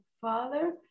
father